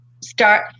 start